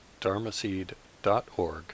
dharmaseed.org